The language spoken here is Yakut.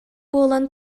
буолан